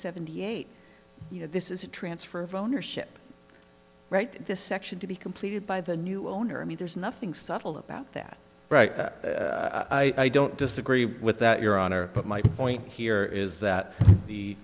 seventy eight you know this is a transfer of ownership right this section to be completed by the new owner i mean there's nothing subtle about that right i don't disagree with that your honor but my point here is that the